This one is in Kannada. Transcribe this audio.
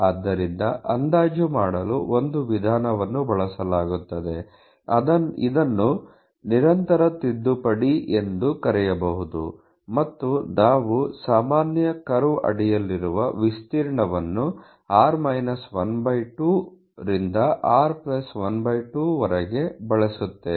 ಆದ್ದರಿಂದ ಅಂದಾಜು ಮಾಡಲು ಒಂದು ವಿಧಾನವನ್ನು ಬಳಸಲಾಗುತ್ತದೆ ಇದನ್ನು ನಿರಂತರ ತಿದ್ದುಪಡಿ ಎಂದು ಕರೆಯಬಹುದು ಮತ್ತು ನಾವು ಸಾಮಾನ್ಯ ಕರ್ವ್ ಅಡಿಯಲ್ಲಿರುವ ವಿಸ್ತೀರ್ಣವನ್ನು r 12 ರಿಂದ r 12 ವರೆಗೆ ಬಳಸುತ್ತೇವೆ